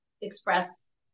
express